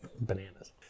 bananas